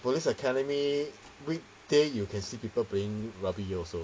police academy weekday you can see people playing rugby also